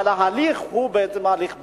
אבל ההליך הוא הליך בעייתי.